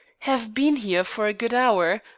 have been here for a good hour,